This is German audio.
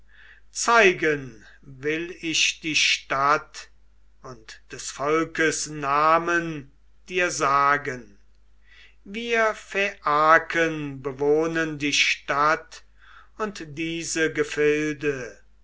zeigen will ich die stadt und des volkes namen dir sagen wir phaiaken bewohnen die stadt und diese gefilde